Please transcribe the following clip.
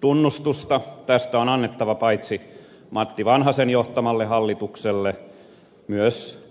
tunnustusta tästä on annettava paitsi matti vanhasen johtamalle hallitukselle mutta